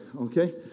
okay